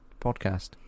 podcast